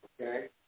okay